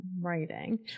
writing